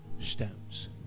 stones